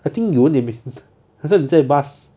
I think you won't 好像你在 bus